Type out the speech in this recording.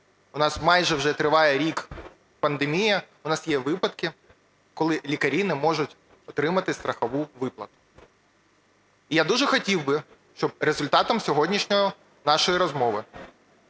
у нас майже вже триває рік пандемія, у нас є випадки, коли лікарі не можуть отримати страхову виплату. Я дуже хотів би, щоб результатом сьогоднішньої нашої розмови